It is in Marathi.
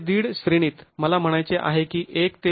५ श्रेणीत मला म्हणायचे आहे की १ ते १